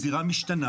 היא זירה משתנה.